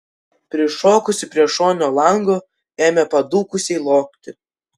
prišokusi prie šoninio lango ėmė padūkusiai loti